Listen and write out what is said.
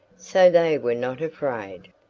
so they were not afraid.